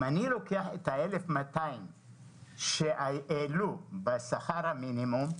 אם אני לוקח את ה-1,200 שקלים שהעלו בשכר המינימום,